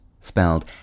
spelled